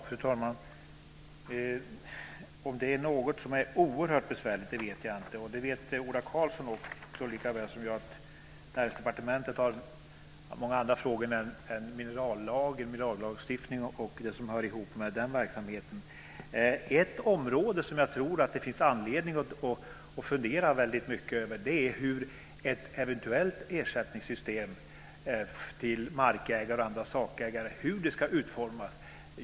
Fru talman! Om det är något som är oerhört besvärligt vet jag inte. Det vet Ola Karlsson lika väl som jag att Näringsdepartementet har många andra frågor än minerallagstiftningen och det som hör ihop med den att hantera. Ett område som jag tror att det finns anledning att fundera väldigt mycket över är hur ett system för eventuell ersättning till markägare och andra sakägare ska utformas.